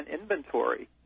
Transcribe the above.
inventory